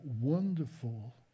wonderful